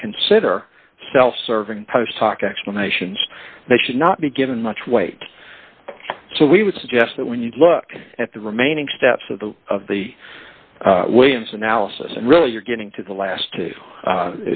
can consider self serving post hoc explanations they should not be given much weight so we would suggest that when you look at the remaining steps of the of the williams analysis and really you're getting to the last two